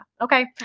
okay